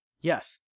Yes